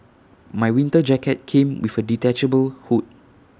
my winter jacket came with A detachable hood